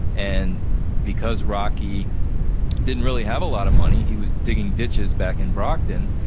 and because rocky didn't really have a lot of money, he was digging ditches back in brockton,